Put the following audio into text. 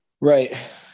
Right